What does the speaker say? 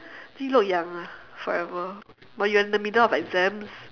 then look young ah forever but you're in the middle of exams